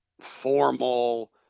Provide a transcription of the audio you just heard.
formal